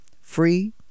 free